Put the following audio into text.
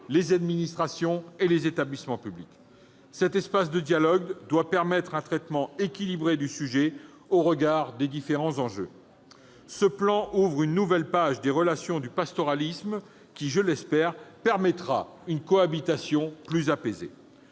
administrations et établissements publics. Cet espace de dialogue doit permettre un traitement équilibré du sujet au regard des différents enjeux. Ce plan ouvre une nouvelle page des relations du pastoralisme avec le loup, ce qui- je l'espère -permettra une cohabitation plus apaisée.